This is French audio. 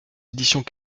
éditions